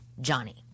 Johnny